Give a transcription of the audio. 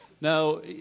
Now